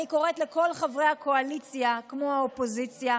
אני קוראת לכל חברי הקואליציה, כמו האופוזיציה,